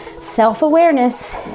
Self-awareness